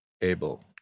able